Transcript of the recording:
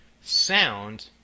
sound